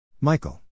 Michael